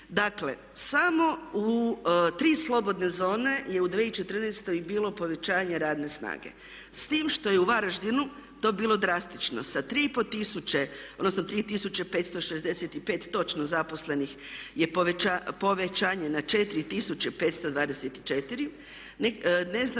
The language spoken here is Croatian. Dakle, samo u tri slobodne zone je u 2014. bilo povećanje radne snage, s tim što je u Varaždinu to bilo drastično sa 3 i pol tisuće, odnosno 3565 točno zaposlenih je povećanje na 4524.